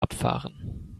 abfahren